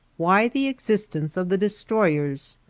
why the existence of the de stroyers?